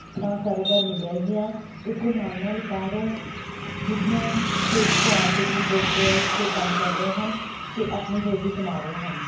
ਤਾਂ ਕਾਰੋਬਾਰ ਮਿਲਿਆ ਹੀ ਹੈ ਇਸ ਦੇ ਨਾਲ ਨਾਲ ਬਾਹਰੋਂ ਦੂਜੀਆਂ ਸਟੇਟਸ ਤੋਂ ਆ ਕੇ ਵੀ ਲੋਕ ਜੋ ਹੈ ਇੱਥੇ ਕੰਮ ਕਰ ਰਹੇ ਹਨ ਅਤੇ ਆਪਣੀ ਰੋਜ਼ੀ ਕਮਾ ਰਹੇ ਹਨ